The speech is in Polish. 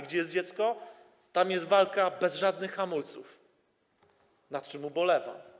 Gdzie jest dziecko, tam jest walka bez żadnych hamulców, nad czym ubolewam.